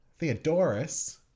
Theodorus